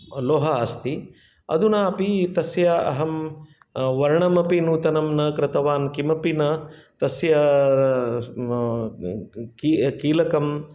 लोह अस्ति अधुनापि तस्य अहं वर्णनम् अपि नूतनं न कृतवान् किमपि न तस्य कि कीलकम्